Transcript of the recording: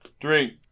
Drink